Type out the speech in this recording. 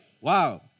Wow